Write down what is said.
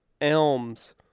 elms